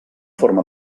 forma